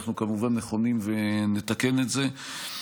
אנחנו כמובן נכונים ונתקן את זה.